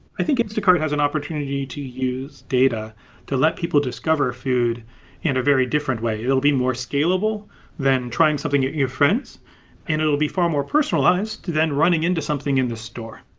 i think instacart has an opportunity to use data to let people discover food in a very different way. it will be more scalable than trying something at your friends and it will be far more personalized than running into something in the store.